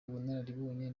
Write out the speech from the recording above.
ubunararibonye